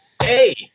Hey